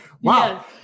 Wow